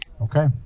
Okay